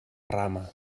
rama